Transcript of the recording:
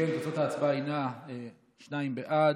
אם כן, תוצאות ההצבעה הן שניים בעד.